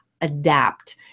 adapt